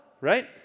right